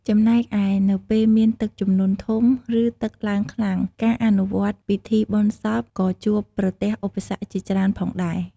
ចំណែកឯ នៅពេលមានទឹកជំនន់ធំ ឬទឹកឡើងខ្លាំង ការអនុវត្តពិធីបុណ្យសពក៏ជួបប្រទះឧបសគ្គជាច្រើនផងដែរ។